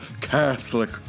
Catholic